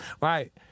right